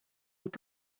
est